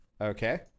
Okay